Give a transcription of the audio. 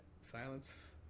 silence